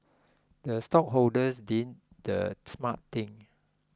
the stockholders did the smart thing